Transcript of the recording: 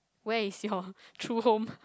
where is your true home